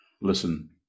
listen